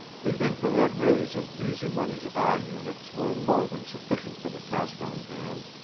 the infra-red rays of easy money's eye units were more than sufficient for the task on hand,